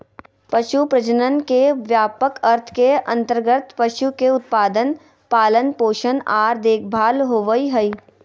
पशु प्रजनन के व्यापक अर्थ के अंतर्गत पशु के उत्पादन, पालन पोषण आर देखभाल होबई हई